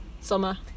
Summer